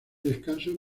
descanso